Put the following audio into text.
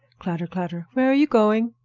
clatter, clatter! where are you going?